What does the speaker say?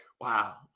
wow